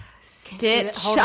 Stitch